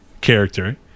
character